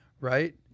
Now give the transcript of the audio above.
right